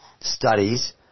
studies